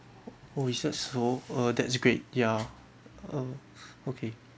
oh is that so uh that's great ya uh okay